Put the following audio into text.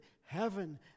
heaven